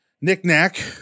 Knick-Knack